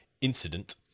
incident